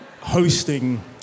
hosting